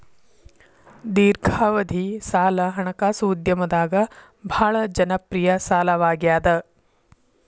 ದೇರ್ಘಾವಧಿ ಸಾಲ ಹಣಕಾಸು ಉದ್ಯಮದಾಗ ಭಾಳ್ ಜನಪ್ರಿಯ ಸಾಲವಾಗ್ಯಾದ